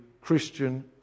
christian